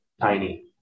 Tiny